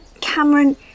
Cameron